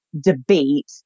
debate